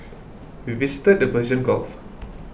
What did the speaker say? we visited the Persian Gulf